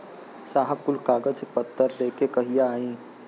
साहब कुल कागज पतर लेके कहिया आई?